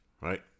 right